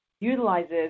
utilizes